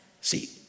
See